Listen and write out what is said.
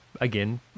again